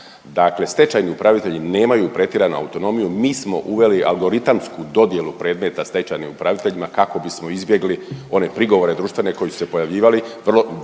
Dakle, stečajni upravitelji nemaju pretjeranu autonomiju. Mi smo uveli algoritamsku dodjelu predmeta stečajnim upraviteljima kako bismo izbjegli one prigovore društvene koji su se pojavljivali